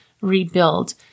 rebuild